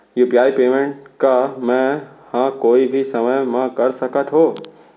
UPI payment का मैं ह कोई भी समय म कर सकत हो?